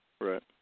Right